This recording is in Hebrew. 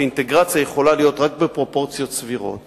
שאינטגרציה יכולה להיות רק בפרופורציות סבירות,